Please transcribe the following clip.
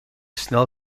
snel